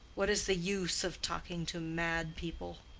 what is the use of talking to mad people?